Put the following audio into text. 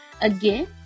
Again